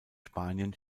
spanien